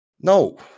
No